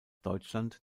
deutschland